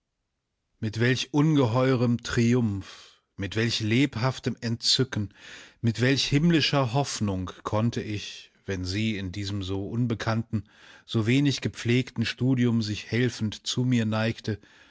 mit welch ungeheurem triumph mit welch lebhaftem entzücken mit welch himmlischer hoffnung konnte ich wenn sie in diesem so unbekannten so wenig gepflegten studium sich helfend zu mir neigte